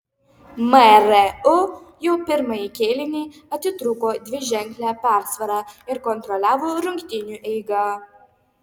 mru jau pirmąjį kėlinį atitrūko dviženkle persvara ir kontroliavo rungtynių eigą